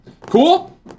Cool